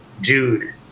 dude